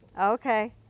Okay